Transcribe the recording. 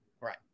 Right